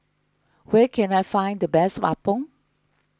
where can I find the best Appam